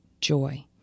joy